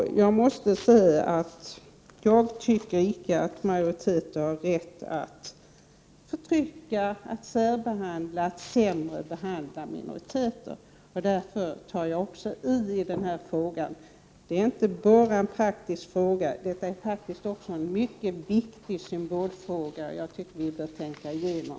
Jag tycker inte att en majoritet har rätt att förtrycka och särbehandla minoriteter. Därför tar jag också i när jag talar i denna fråga. Det är inte bara en praktisk fråga, utan det är faktiskt också en mycket viktigt symbolfråga, som jag tycker att ni bör tänka igenom.